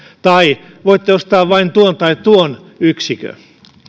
tai voitte ostaa vain tuon tai tuon yksikön